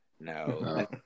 No